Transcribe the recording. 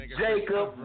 jacob